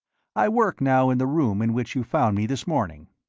i work now in the room in which you found me this morning.